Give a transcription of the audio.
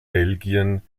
belgien